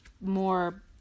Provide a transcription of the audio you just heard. more